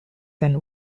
than